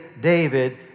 David